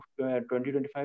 2025